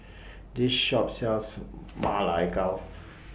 This Shop sells Ma Lai Gao